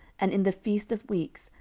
and in the feast of weeks,